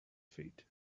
feet